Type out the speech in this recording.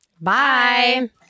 Bye